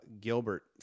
Gilbert